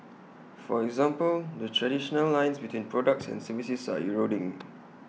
for example the traditional lines between products and services are eroding